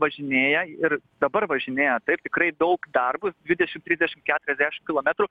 važinėja ir dabar važinėja taip tikrai daug darbo dvidešimt trisdešimt keturiasdešimt kilometrų